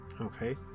Okay